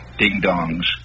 ding-dongs